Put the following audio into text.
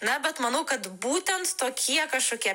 na bet manau kad būtent tokie kažkokie